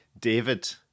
David